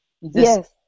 Yes